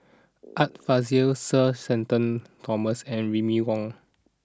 Art Fazil Sir Shenton Thomas and Remy Ong